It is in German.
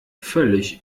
völlig